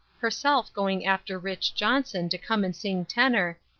herself going after rich. johnson to come and sing tenor,